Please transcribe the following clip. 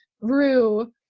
Rue